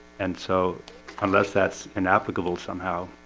and so unless that's inapplicable somehow